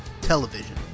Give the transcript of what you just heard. television